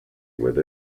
with